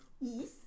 Yes